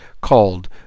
called